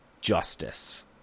justice